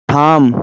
থাম